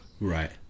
Right